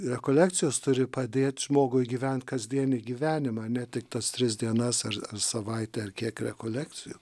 rekolekcijos turi padėt žmogui gyvent kasdienį gyvenimą ne tik tas tris dienas ar savaitę ar kiek rekolekcijų